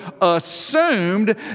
assumed